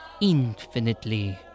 Infinitely